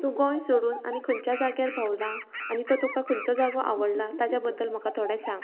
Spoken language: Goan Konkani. तूं गोंय सोडून आनी खंयच्या जाग्यार भोंवलां आनी खंयचो जागो आवडला ताच्या बद्दल म्हाका थोडें सांग